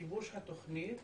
גיבוש התוכנית